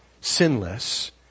sinless